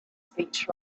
speech